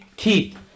Keith